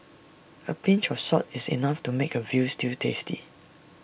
A pinch of salt is enough to make A Veal Stew tasty